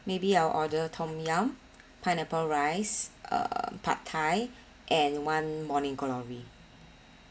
maybe I will order tom yum pineapple rice uh pad thai and one morning glory